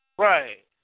Right